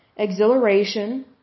Exhilaration